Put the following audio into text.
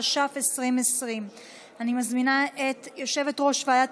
התש"ף 2020. אני מזמינה את יושבת-ראש ועדת